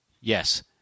Yes